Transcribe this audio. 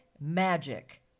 magic